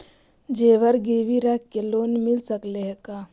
जेबर गिरबी रख के लोन मिल सकले हे का?